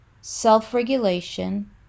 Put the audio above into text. self-regulation